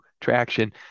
traction